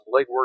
legwork